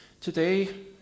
Today